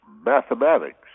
mathematics